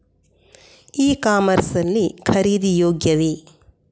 E commerce ಲ್ಲಿ ಖರೀದಿ ಯೋಗ್ಯವೇ?